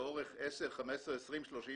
לאורך 10,15,20,30 שנה.